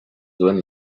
zuen